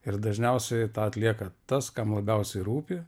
ir dažniausiai tą atlieka tas kam labiausiai rūpi